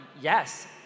yes